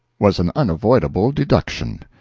was an unavoidable deduction.